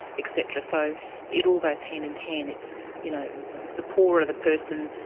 etc. so it all goes hand in hand, it's you know the poorer the person,